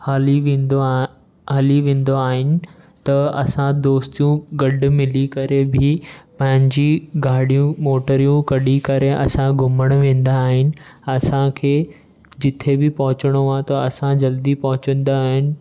हली वेंदो आ हली वेंदो आहिनि त असां दोस्तियूं गॾु मिली करे बि पंहिंजी गाॾियूं मोटरियूं कढी करे असां घुमण वेंदा आहिनि असांखे जिथे बि पहुचणो आहे त असां जल्दी पहुचंदा आहिनि